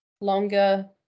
longer